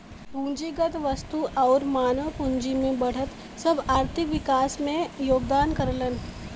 पूंजीगत वस्तु आउर मानव पूंजी में बढ़त सब आर्थिक विकास में योगदान करलन